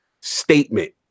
statement